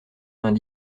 vingt